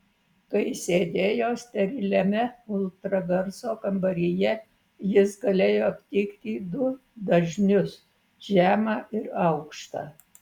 kai sėdėjo steriliame ultragarso kambaryje jis galėjo aptikti du dažnius žemą ir aukštą